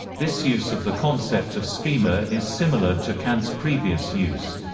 this use of the concept of schema is similar to kant's previous use.